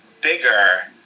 bigger